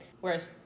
whereas